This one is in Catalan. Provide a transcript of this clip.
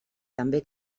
també